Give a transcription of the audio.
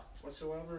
whatsoever